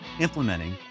implementing